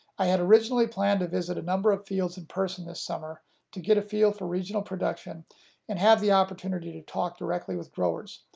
i had originally planned to visit a number of fields in person this summer to get a feel for regional production and have the opportunity to talk directly with growers,